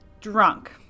drunk